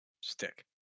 Stick